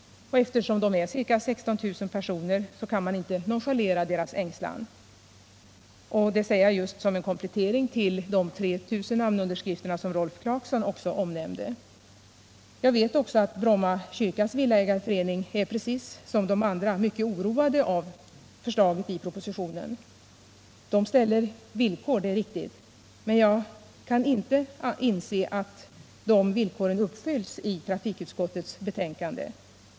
Eftersom de är ca 16 000 personer kan man inte nonchalera deras ängslan. Det säger jag som en komplettering till uppgiften om de 3 000 namnunderskrifter som Rolf Clarkson omnämnde. Jag vet också att Bromma Kyrkas villaägarförening precis som alla andra är mycket oroad av förslagen i propositionen. Man ställer villkor — det är riktigt. Men jag kan inte finna att de villkoren uppfylls i trafikutskottets betänkande.